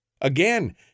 Again